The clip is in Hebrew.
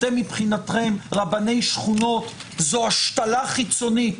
מבחינתכם רבני שכונות זו השתלה חיצונית